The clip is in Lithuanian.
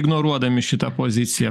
ignoruodami šitą poziciją